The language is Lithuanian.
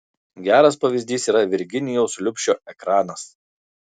geras pavyzdys yra virginijaus liubšio ekranas